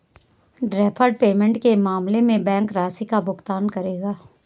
deferred payment के मामले में बैंक राशि का भुगतान करेगा